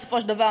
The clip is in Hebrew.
בסופו של דבר,